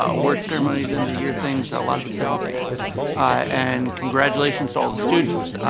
ah award ceremonies, end of the year things, a lot of exciting things and congratulations to all the students.